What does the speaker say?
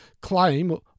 claim